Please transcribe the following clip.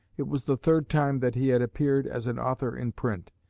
it was the third time that he had appeared as an author in print.